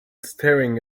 staring